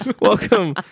Welcome